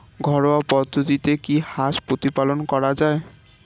ঘরোয়া পদ্ধতিতে কি হাঁস প্রতিপালন করা যায়?